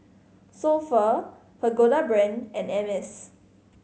So Pho Pagoda Brand and Hermes